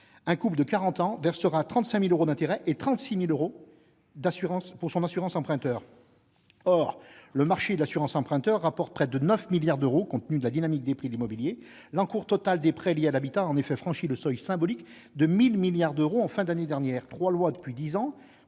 de quarante ans versera 35 000 euros d'intérêts, mais 36 000 euros pour l'assurance emprunteur. Or le marché de l'assurance emprunteur rapporte près de 9 milliards d'euros, compte tenu de la dynamique des prix de l'immobilier. L'encours total des prêts liés à l'habitat a, en effet, franchi le seuil symbolique de 1 000 milliards d'euros en fin d'année dernière. Depuis dix ans,